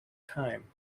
time